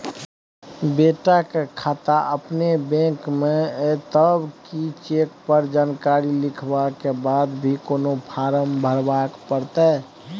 बेटा के खाता अपने बैंक में ये तब की चेक पर जानकारी लिखवा के बाद भी कोनो फारम भरबाक परतै?